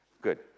Good